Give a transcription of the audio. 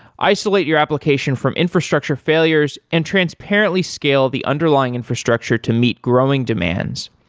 isolate your application from infrastructure failures and transparently scale the underlying infrastructure to meet growing demands,